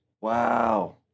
Wow